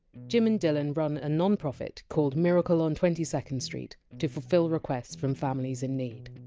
jim and dylan run a non-profit, called miracle on twenty second st, to fulfil requests from families in need.